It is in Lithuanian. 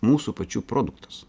mūsų pačių produktas